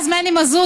שאז מני מזוז,